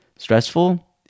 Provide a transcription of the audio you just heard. stressful